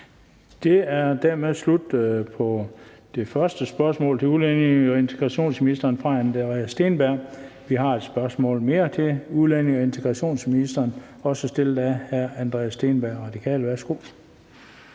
Dermed er det slut på det første spørgsmål til udlændinge- og integrationsministeren fra hr. Andreas Steenberg. Vi har et spørgsmål mere til udlændinge- og integrationsministeren stillet af hr. Andreas Steenberg, Radikale. Kl.